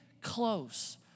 close